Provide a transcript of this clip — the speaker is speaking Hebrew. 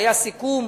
והיה סיכום,